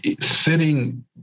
Sitting